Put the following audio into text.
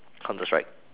counter strike